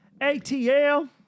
ATL